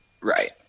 Right